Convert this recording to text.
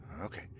okay